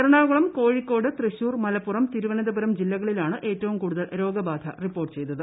എറണാകുളം കോഴിക്കോട് തൃശൂർ മലപ്പുറം തിരുവനന്തപുരം ജില്ലകളിലാണ് ഏറ്റവും കൂടുതൽ രോഗബാധ റിപ്പോർട്ട് ചെ്യ്തത്